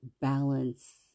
balance